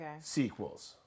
sequels